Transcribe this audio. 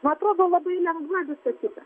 man atrodo labai lengva visa kita